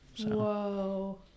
Whoa